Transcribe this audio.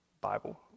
Bible